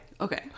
Okay